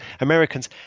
Americans